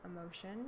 emotion